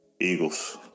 Eagles